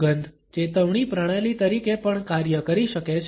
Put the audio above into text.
ગંધ ચેતવણી પ્રણાલી તરીકે પણ કાર્ય કરી શકે છે